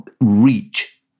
reach